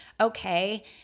okay